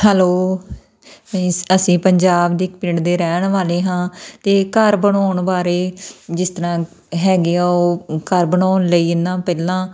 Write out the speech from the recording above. hello ਏ ਅਸੀਂ ਪੰਜਾਬ ਦੇ ਪਿੰਡ ਦੇ ਰਹਿਣ ਵਾਲੇ ਹਾਂ ਅਤੇ ਘਰ ਬਣਾਉਣ ਬਾਰੇ ਜਿਸ ਤਰ੍ਹਾਂ ਹੈਗੇ ਆ ਉਹ ਘਰ ਬਣਾਉਣ ਲਈ ਇੰਨਾ ਪਹਿਲਾਂ